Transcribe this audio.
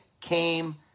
came